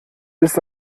ist